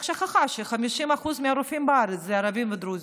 היא רק שכחה ש-50% מהרופאים בארץ הם ערבים ודרוזים.